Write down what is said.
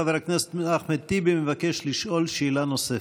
חבר הכנסת אחמד טיבי מבקש לשאול שאלה נוספת.